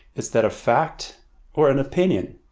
is that a fact or an opinion?